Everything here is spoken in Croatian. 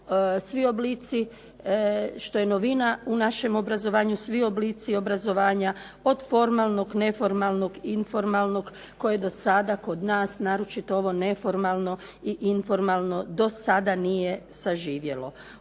svi oblici što je novina u našem obrazovanju, svi oblici obrazovanja od formalnog, neformalnog, informalnog koje do sada kod nas, naročito ovo neformalno i informalno do sada nije zaživjelo.